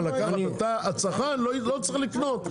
הצרכן לא צריך לקנות.